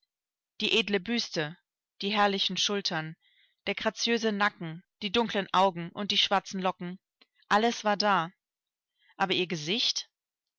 die edle büste die herrlichen schultern der graziöse nacken die dunklen augen und die schwarzen locken alles war da aber ihr gesicht